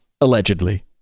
allegedly